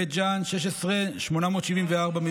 בית ג'ן 16 מיליון ו-874,000,